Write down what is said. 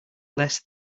less